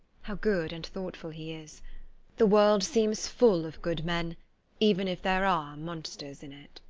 how good and thoughtful he is the world seems full of good men even if there are monsters in it.